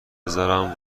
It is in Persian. بذارم